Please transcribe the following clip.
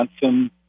Johnson